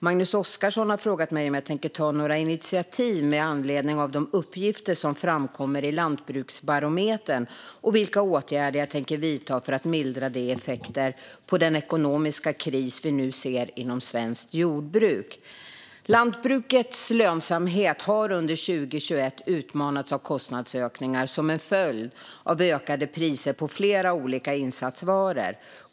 Magnus Oscarsson har frågat mig om jag tänker ta några initiativ med anledning av de uppgifter som framkommer i Lantbruksbarometern och vilka åtgärder jag tänker vidta för att mildra de effekter på den ekonomiska kris vi nu ser inom svenskt jordbruk. Lantbrukets lönsamhet har under 2021 utmanats av kostnadsökningar som en följd av ökade priser på flera olika insatsvaror.